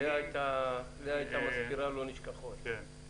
-- לאה הייתה מזכירה לו נשכחות.